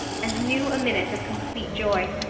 and knew a minute of complete joy.